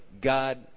God